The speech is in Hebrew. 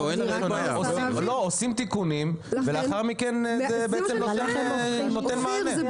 עושים תיקונים ולאחר מכן זה נותן מענה.